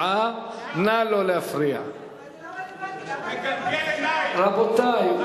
מגלגל עיניים שכמוך, מגלגל עיניים שכמוך, רבותי.